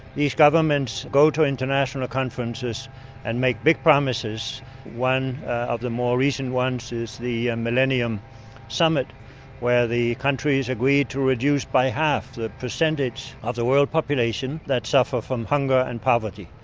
these governments go to international conferences and make big promises one of the more recent ones is the and millennium summit where the countries agreed to reduce by half, the percentage of the world population that suffer from hunger and poverty.